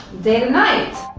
day to night.